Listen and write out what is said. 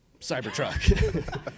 Cybertruck